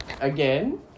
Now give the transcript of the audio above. Again